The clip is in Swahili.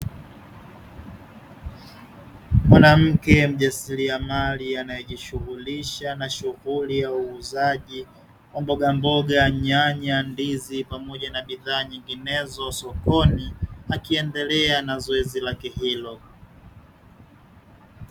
Mwanamke mjasiriamali anayejishughulisha na shughuli ya uuzaji wa mbogamboga, nyanya, ndizi pamoja na bidhaa nyinginezo sokoni, akiendelea na zoezi lake hilo.